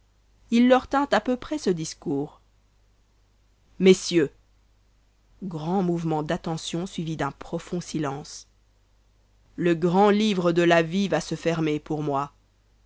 il leur tint à peu près ce discours messieurs grand mouvement d'attention suivi d'un profond silence le grand livre de la vie va se fermer pour moi